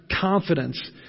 confidence